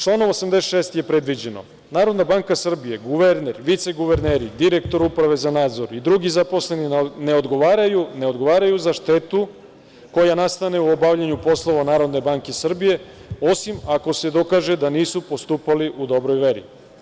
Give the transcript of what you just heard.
Članom 86. je predviđeno da NBS, guverner, viceguverneri, direktor Uprave za nadzor i drugi zaposleni ne odgovaraju za štetu koja nastane u obavljanju poslova NBS, osim ako se dokaže da nisu postupali u dobroj veri.